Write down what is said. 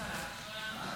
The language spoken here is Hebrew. אתה כזה קטן, לא רואים אותך.